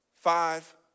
five